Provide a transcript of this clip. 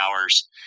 hours